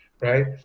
right